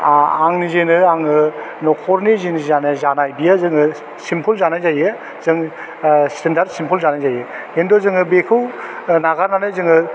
आह आं निजेनो आंङो नखरनि जि जानाय बियो जोङो सिम्पल जानाय जायो जों ओह स्टेन्डार्ड सिम्पल जानाय जायो खिन्थु जोङो बेखौ ओह नागारनानै जोङो